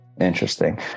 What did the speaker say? Interesting